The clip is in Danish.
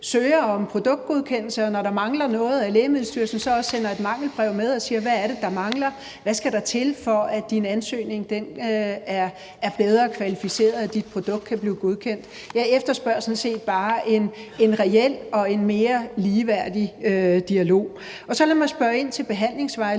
søger om produktgodkendelser, altså når der mangler noget, at Lægemiddelstyrelsen så også sender et mangelbrev med og siger: Hvad er det, der mangler? Hvad skal der til, for at din ansøgning er bedre kvalificeret, og at dit produkt kan blive godkendt? Jeg efterspørger sådan set bare en reel og mere ligeværdig dialog. Og så lad mig spørge ind til behandlingsvejledningen,